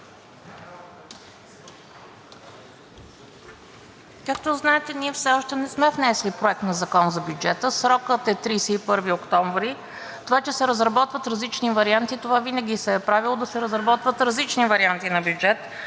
Както знаете, ние все още не сме внесли Проект на закон за бюджета. Срокът е 31 октомври 2022 г. Това, че се разработват различни варианти, и винаги се е правило да се разработват различни варианти на бюджет,